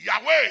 yahweh